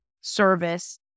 service